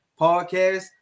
podcast